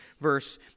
verse